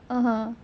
(uh huh)